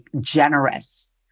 generous